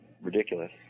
ridiculous